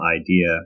idea